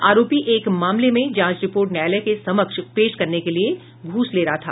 आरोपी एक मामले में जांच रिपोर्ट न्यायालय के समक्ष पेश करने के लिए घूस ले रहा था